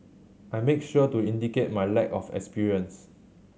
I make sure to indicate my lack of experience